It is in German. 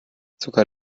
sogar